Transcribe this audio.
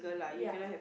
ya